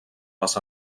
les